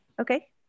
Okay